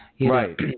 right